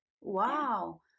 Wow